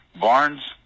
Barnes